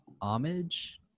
Homage